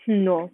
no